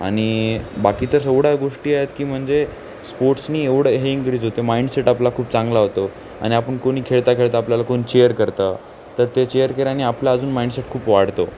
आणि बाकी तर सवड्या गोष्टी आहेत की म्हणजे स्पोर्ट्सनी एवढं हे इन्क्रीज होते माइंडसेट आपला खूप चांगला होतो आणि आपण कोणी खेळता खेळता आपल्याला कोण चिअर करतं तर ते चिअर केल्यानी आपला अजून माइंडसेट खूप वाढतो